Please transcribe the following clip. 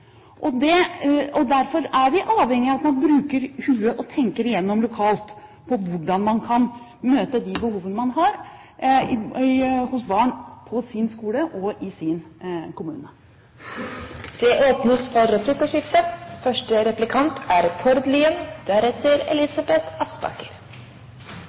Derfor er vi avhengige av at man bruker hodet og lokalt tenker igjennom hvordan man kan møte de behovene man har hos barn på sin skole og i sin kommune. Det blir replikkordskifte.